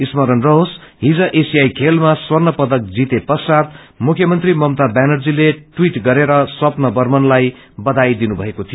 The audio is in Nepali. स्मरण रस्तेस हिज एशियाई खेलमा स्वर्ण पदक जिते पश्चात मुख्यमन्त्री ममता ब्यानर्जलि ट्वीट गरेर स्वप्ना बर्मनलाई बयाई दिनुभएको थियो